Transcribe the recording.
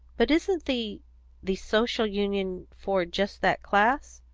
but isn't the the social union for just that class?